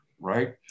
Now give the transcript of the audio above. right